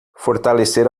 fortalecer